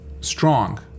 strong